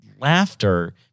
laughter